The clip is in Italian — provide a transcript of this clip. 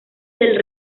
del